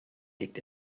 liegt